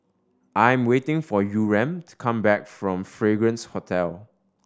I'm waiting for Yurem to come back from Fragrance Hotel